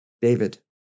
David